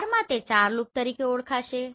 4 માં તે ચાર લૂપ તરીકે ઓળખાશે